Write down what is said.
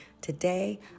Today